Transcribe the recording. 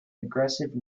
aggressive